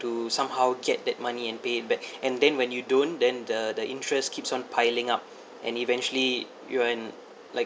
to somehow get that money and pay it back and then when you don't then the the interest keeps on piling up and eventually you and like